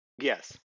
Yes